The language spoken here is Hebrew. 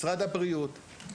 משרד הבריאות,